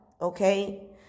Okay